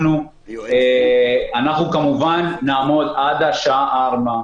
שאנחנו כמובן נעמוד עד השעה 16:00,